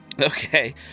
Okay